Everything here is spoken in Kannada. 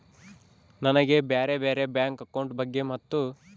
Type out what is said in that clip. ನನಗೆ ಬ್ಯಾರೆ ಬ್ಯಾರೆ ಬ್ಯಾಂಕ್ ಅಕೌಂಟ್ ಬಗ್ಗೆ ಮತ್ತು?